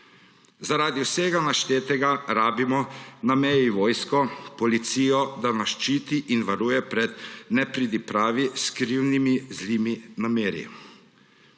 Zaradi vsega naštetega rabimo na meji vojsko, policijo, da nas ščiti in varuje pred nepridipravi s skrivnimi zlimi nameni.